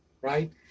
Right